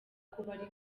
kubara